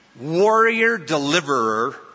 warrior-deliverer